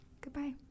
Goodbye